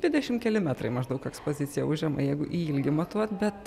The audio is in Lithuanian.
dvidešim keli metrai maždaug ekspozicija užema jeigu į ilgį matuot bet